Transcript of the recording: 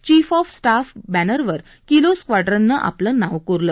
chief of staff बॅनरवर kilo स्क्वाड्रननं आपलं नाव कोरलं